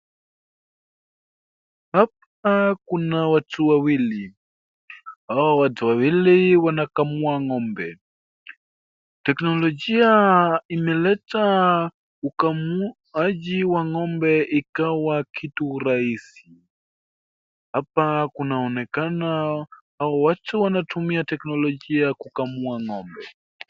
Hapa kuna watu wawili. Hao watu wawili wanakamua ng'ombe. Teknolojia imeleta ukamuaji wa ng'ombe ikawa ni kitu rahisi. Hapa kunaonekana hao watu wanatumia teknonolojia ya kukamua ng'ombe.